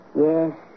Yes